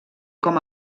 com